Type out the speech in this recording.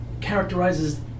characterizes